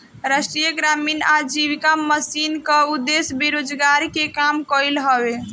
राष्ट्रीय ग्रामीण आजीविका मिशन कअ उद्देश्य बेरोजारी के कम कईल हवे